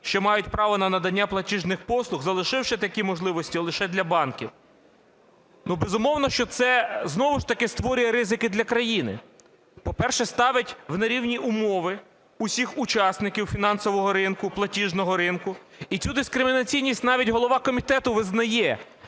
що мають право на надання платіжних послуг, залишивши такі можливості лише для банків. Безумовно, що це знову ж таки створює ризики для країни. По-перше, ставить в нерівні умови усіх учасників фінансового ринку, платіжного ринку, і цю дискримінаційність навіть голова комітету визнає,